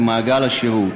למעגל השירות